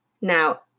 Now